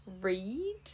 read